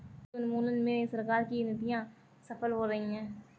गरीबी उन्मूलन में सरकार की नीतियां सफल हो रही हैं